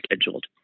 scheduled